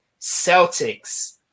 Celtics